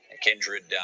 Kindred